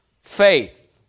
Faith